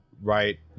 right